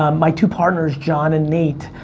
um my two partners, john and nate,